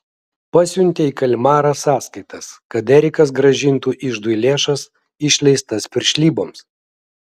pasiuntė į kalmarą sąskaitas kad erikas grąžintų iždui lėšas išleistas piršlyboms